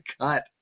cut